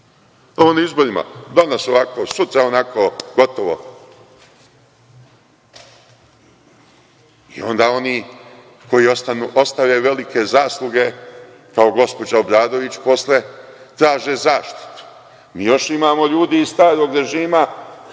Ovo na izborima - danas ovako, sutra onako, gotovo. Onda oni koji ostanu ostvare velike zasluge, kao gospođa Obradović posle traže zaštitu. Mi još imamo ljudi iz starog režima